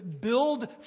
build